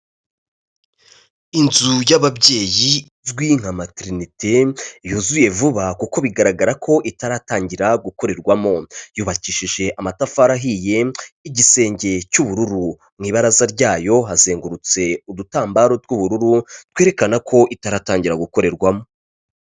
Inzu y'ababyeyi izwi nka materinete yuzuye vuba kuko bigaragara ko itaratangira gukorerwamo, yubakishije amatafari ahiye, igisenge cy'ubururu mu ibaraza ryayo hazengurutse udutambaro tw'ubururu, twerekana ko itaratangira gukorerwamo.